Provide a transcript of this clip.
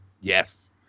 Yes